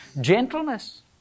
gentleness